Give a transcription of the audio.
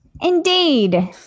Indeed